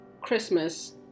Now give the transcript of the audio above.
Christmas